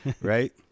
Right